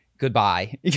Goodbye